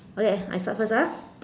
okay I start first ah